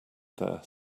there